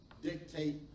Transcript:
dictate